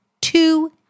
two